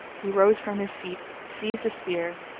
he rose from his seat, seized a spear,